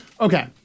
Okay